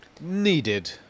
needed